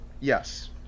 yes